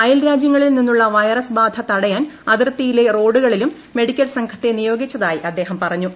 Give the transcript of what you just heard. അയൽരാജ്യങ്ങളിൽ നിന്നുള്ള വൈറസ് ബാധ തടയാൻ അതിർത്തിയിലെ റോഡുകളിലും മെഡിക്കൽ സംഘത്തെ നിയോഗിച്ചതായി അദ്ദേഹം പറഞ്ഞു